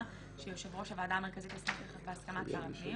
שיושב ראש הוועדה המרכזית הסמיך לכך בהסכמת שר הפנים